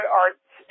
arts